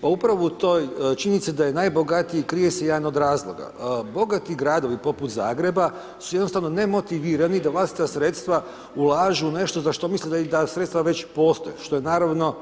Pa upravo u toj činjenici da je najbogatiji krije se jedan od razloga, bogati gradovi poput Zagreba su jednostavno nemotivirani da vlastita sredstava ulažu u nešto za što misle da ta sredstva već postoje, što je naravno,